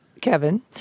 Kevin